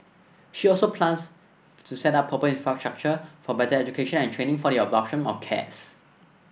she also plans to set up proper infrastructure for better education and training for the adoption of cats